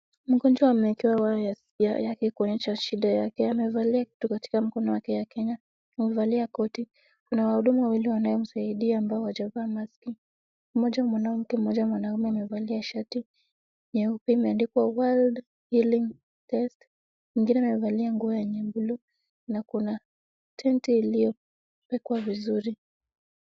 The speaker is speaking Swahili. Mgonjwa amewekwa waya yake kuonyesha shida yake. Amevalia kitu katika mkono wake ya Kenya. Amevalia koti. Kuna wahudumu wawili wanaomsaidia ambao hawajavaa maski. Mmoja ni mwanamke, mmoja ni mwanaume, amevalia shati nyeupe imeandikwa World Healing Test. Mwingine amevalia nguo ya yenye blue. Na kuna tenti iliyowekwa vizuri.